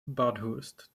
bathurst